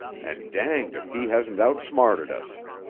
and danged if he hasn't outsmarted us.